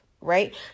right